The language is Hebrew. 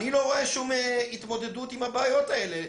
אני לא רואה שום התמודדות עם הבעיות האלה.